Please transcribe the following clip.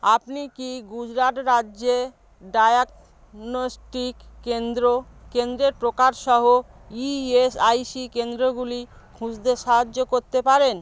আপনি কি গুজরাট রাজ্যে ডায়াগনস্টিক কেন্দ্র কেন্দ্রের প্রকারসহ ইএসআইসি কেন্দ্রগুলি খুঁজতে সাহায্য করতে পারেন